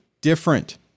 different